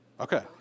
Okay